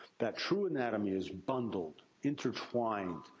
that true anatomy is bundled, intertwined,